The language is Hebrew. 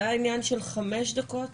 זה היה עניין של חמש דקות